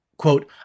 Quote